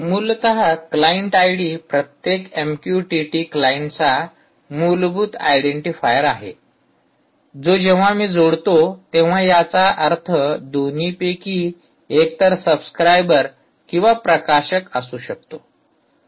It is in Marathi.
तर मूलत क्लायंट आयडी प्रत्येक एमक्युटीटी क्लायंटचा मूलभूत आयडेंटीफायर आहे जो जेव्हा मी जोडतो तेव्हा याचा अर्थ दोन्हीपैकी एकतर सब्सक्राइबर किंवा प्रकाशक असू शकतो